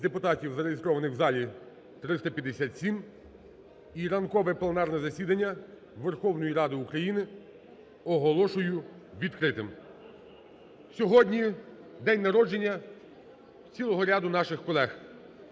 депутатів, зареєстрованих у залі, 357. І ранкове пленарне засідання Верховної Ради України оголошую відкритим. Сьогодні день народження цілого ряду наших колег.